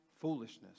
foolishness